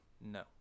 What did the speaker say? no